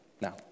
now